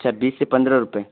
چھبیس سے پندرہ روپئے